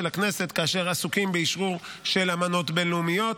הכנסת כאשר עסוקים באשרור של אמנות בין-לאומיות.